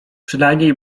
przynajmniej